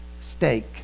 steak